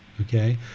Okay